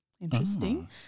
Interesting